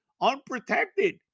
Unprotected